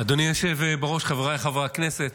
אדוני היושב בראש, חבריי חברי הכנסת,